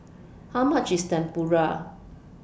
How much IS Tempura